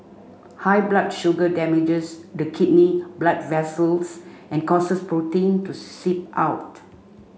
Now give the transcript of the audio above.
high blood sugar damages the kidney blood vessels and causes protein to seep out